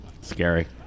Scary